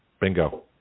Bingo